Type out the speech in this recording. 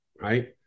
right